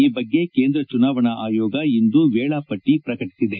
ಈ ಬಗ್ಗೆ ಕೇಂದ್ರ ಚುನಾವಣಾ ಆಯೋಗ ಇಂದು ವೇಳಾಪಟ್ಟಿ ಪ್ರಕಟಿಸಿದೆ